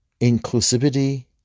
inclusivity